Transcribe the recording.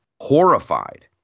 horrified